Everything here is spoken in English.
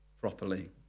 properly